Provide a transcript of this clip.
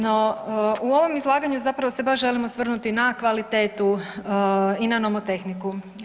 No, u ovom izlaganju zapravo se baš želim osvrnuti na kvalitetu i na nomotehniku.